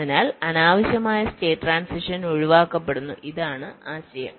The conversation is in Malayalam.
അതിനാൽ അനാവശ്യമായ സ്റ്റേറ്റ് ട്രാൻസിഷൻസ് ഒഴിവാക്കപ്പെടുന്നു ഇതാണ് ആശയം